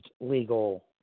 legal